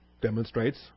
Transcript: Demonstrates